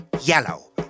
yellow